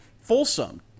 fulsome